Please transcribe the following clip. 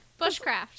Bushcraft